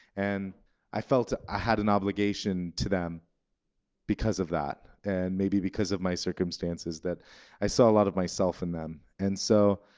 and i felt i had an obligation to them because of that, and maybe because of my circumstances that i saw a lot of myself in them. and so